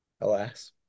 alas